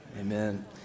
Amen